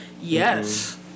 Yes